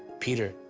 peter,